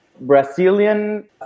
Brazilian